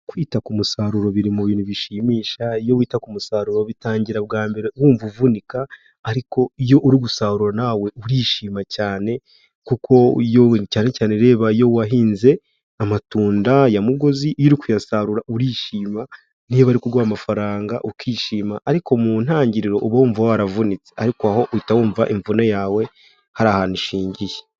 Kwita ku musaruro biri mu bintu bishimisha iyo wita ku musaruro bitangira bwa mbere wumva uvunika, ariko iyo uri gusarura nawe urishima cyane kuko cyane cyane rebayo wahinze amatunda ya mugozi iyo kuyasarura urishima ,n' iyo bari kuguha amafaranga ukishima ariko mu ntangiriro uba wumva waravunitse ariko aho uhita wumva imvune yawe hari ahantu ishingiye.